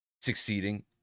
succeeding